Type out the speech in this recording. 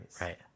Right